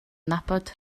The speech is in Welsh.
nabod